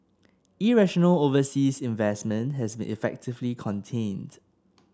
irrational overseas investment has been effectively contained